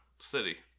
City